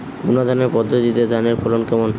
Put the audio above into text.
বুনাধানের পদ্ধতিতে ধানের ফলন কেমন?